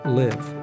live